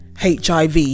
hiv